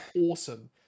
awesome